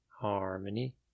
Harmony